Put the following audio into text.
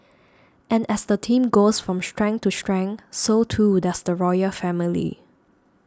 and as the team goes from strength to strength so too does the royal family